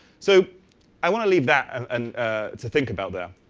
so i want to leave that and and to think about there.